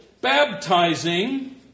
baptizing